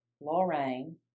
Lorraine